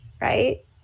right